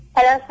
Hello